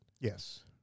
Yes